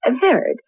Third